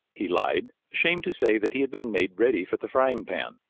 he lied, ashamed to say that he had been made ready for the frying pan.